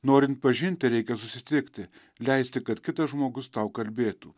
norint pažinti reikia susitikti leisti kad kitas žmogus tau kalbėtų